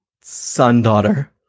son-daughter